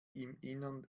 innern